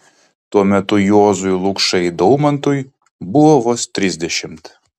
tuo metu juozui lukšai daumantui buvo vos trisdešimt